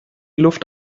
luft